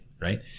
right